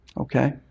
Okay